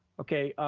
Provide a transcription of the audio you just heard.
okay,